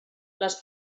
les